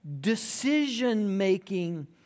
decision-making